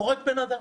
הורג בן אדם